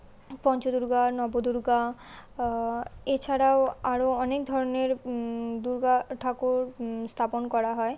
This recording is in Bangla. পঞ্চদুর্গা নবদুর্গা এছাড়াও আরো অনেক ধরনের দুর্গা ঠাকুর স্থাপন করা হয়